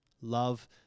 Love